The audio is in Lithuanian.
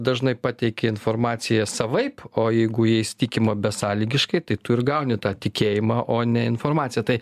dažnai pateikia informaciją savaip o jeigu jais tikima besąlygiškai tai tu ir gauni tą tikėjimą o ne informaciją tai